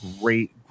great